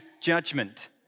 judgment